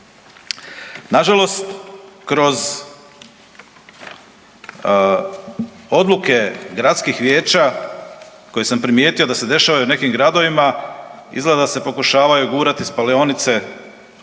Nažalost kroz odluke gradskih vijeća koje sam primijetio da se dešavaju u nekim gradovima, izgleda da se pokušavaju gurati spalionice